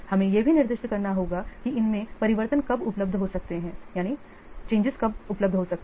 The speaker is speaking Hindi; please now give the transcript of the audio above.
हमें यह भी निर्दिष्ट करना होगा कि इनमें परिवर्तन कब उपलब्ध हो सकते हैं